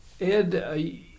Ed